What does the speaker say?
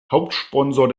hauptsponsor